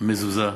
מזוזה,